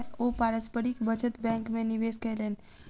ओ पारस्परिक बचत बैंक में निवेश कयलैन